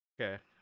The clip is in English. Okay